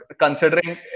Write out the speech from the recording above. Considering